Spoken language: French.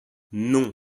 non